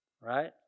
Right